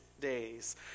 days